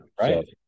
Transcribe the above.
Right